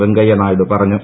വെങ്കയ്യ നായിഡു പറഞ്ഞു